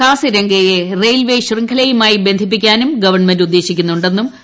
കാസ്കീര്യംഗട്ടെ railway ശൃംഖലയുമായി ബന്ധിപ്പിക്കാനും government ഉദ്ദേശിക്കുന്നുണ്ടെന്നും ശ്രീ